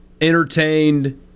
entertained